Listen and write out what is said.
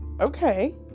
okay